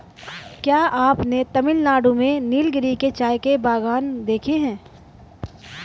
क्या आपने तमिलनाडु में नीलगिरी के चाय के बागान देखे हैं?